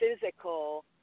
physical